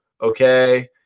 okay